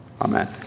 Amen